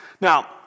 Now